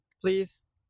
please